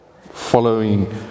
following